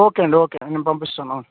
okay అండి okay అండి నేను పంపిస్తాను